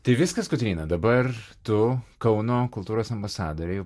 tai viskas kotryna dabar tu kauno kultūros ambasadorė jau